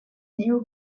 néo